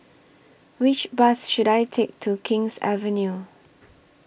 Which Bus should I Take to King's Avenue